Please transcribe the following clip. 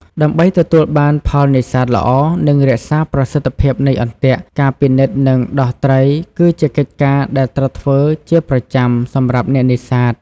ដើម្បីទទួលបានផលនេសាទល្អ និងរក្សាប្រសិទ្ធភាពនៃអន្ទាក់ ការពិនិត្យនិងដោះត្រីគឺជាកិច្ចការដែលត្រូវធ្វើជាប្រចាំសម្រាប់អ្នកនេសាទ។